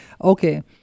Okay